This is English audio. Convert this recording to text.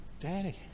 Daddy